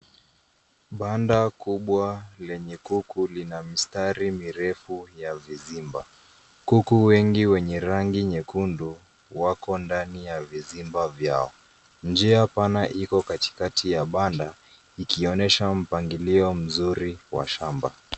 Banda kubwa lenye kuku lina mistari mirefu ya vizimba. Kuku wengi wenye rangi nyekundu wako ndani ya vizimba vyao. Njia pana iko katikati ya banda ikionyesha mpangilio mzuri wa shamba.